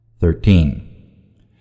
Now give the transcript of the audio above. Thirteen